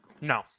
No